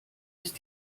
ist